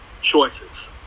choices